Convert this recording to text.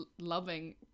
loving